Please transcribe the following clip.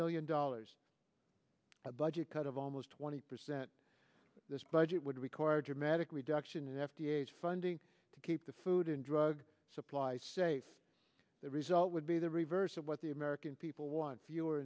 billion dollars a budget cut of almost twenty percent this budget would require dramatic reduction in f d a funding to keep the food and drug supply safe the result would be the reverse of what the american people want fewer